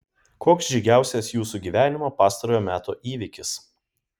koks džiugiausias jūsų gyvenimo pastarojo meto įvykis